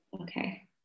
okay